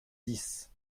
dix